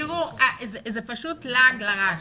זה פשוט לעג לרש.